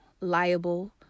liable